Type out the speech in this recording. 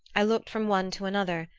i looked from one to another,